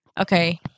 Okay